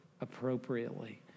appropriately